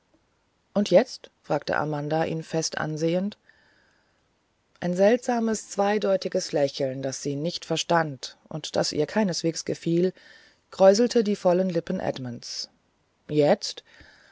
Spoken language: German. und jetzt fragte amanda ihn fest ansehend ein seltsames zweideutiges lächeln das sie nicht verstand und das ihr keineswegs gefiel kräuselte die vollen lippen edmunds jetzt